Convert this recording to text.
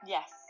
Yes